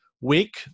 Week